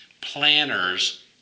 planners